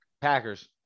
Packers